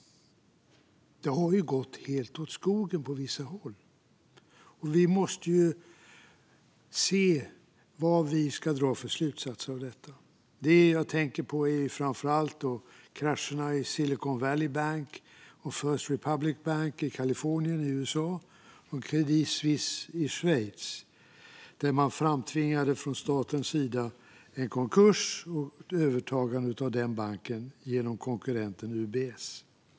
Det har ju gått helt åt skogen på vissa håll, och vi måste se vad vi ska dra för slutsatser av detta. Det jag tänker på är framför allt krascherna i Silicon Valley Bank och First Republic Bank i Kalifornien i USA och i Credit Suisse i Schweiz, där man från statens sida framtvingade en konkurs och ett övertagande av banken genom konkurrenten UBS.